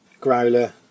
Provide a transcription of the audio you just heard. Growler